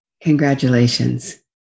congratulations